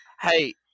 Hey